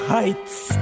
Heights